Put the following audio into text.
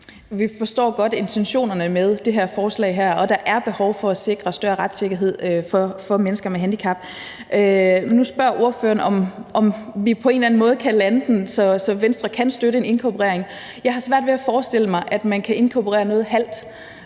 Vi forstår godt intentionerne med det her forslag, og der er behov for at sikre større retssikkerhed for mennesker med handicap. Nu spørger ordføreren, om vi på en eller anden måde kan lande den, så Venstre kan støtte en inkorporering. Jeg har svært ved at forestille mig, at man kan inkorporere noget halvt.